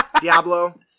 diablo